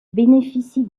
bénéficie